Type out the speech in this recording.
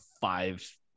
five